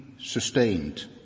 sustained